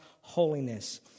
holiness